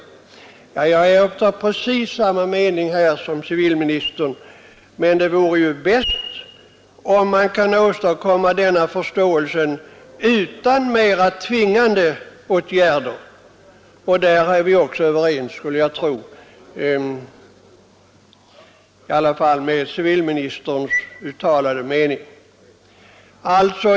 Jag är av precis samma mening som civilministern. Men det vore ju bäst om man kunde åstadkomma denna förståelse utan mera trängande åtgärder. Även på den punkten skulle jag tro att civilministern och jag är ense.